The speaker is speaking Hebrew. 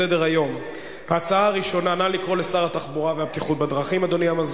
הצעת חוק הגנת